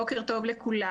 בוקר טוב לכולם,